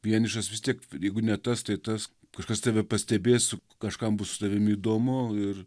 vienišas vis tiek jeigu ne tas tai tas kažkas tave pastebės kažkam bus su tavimi įdomu ir